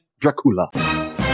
Dracula